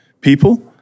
people